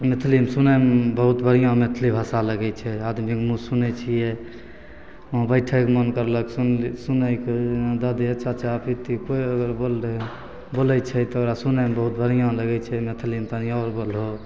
मैथिलीमे सुनयमे बहुत बढ़िआँ मैथिली भाषा लगय छै आदमी मुँह सुनय छियै बैठयके मोन करलक सुनयके दऽ दिय चाचा पीती कोइ अगर बोललय बोलय छै तऽ ओकरा सुनयमे बहुत बढ़िआँ लगय छै मैथिलीमे तनी आओर बोलहो